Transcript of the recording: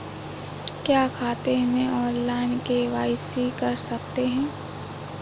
क्या खाते में ऑनलाइन के.वाई.सी कर सकते हैं?